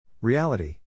Reality